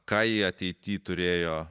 ką jie ateity turėjo